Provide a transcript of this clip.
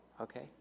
okay